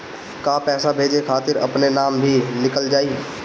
का पैसा भेजे खातिर अपने नाम भी लिकल जाइ?